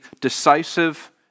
decisive